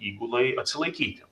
įgulai atsilaikyti